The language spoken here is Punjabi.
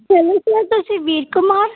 ਹੈਲੋ ਸਰ ਤੁਸੀਂ ਵੀਰ ਕੁਮਾਰ